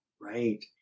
Right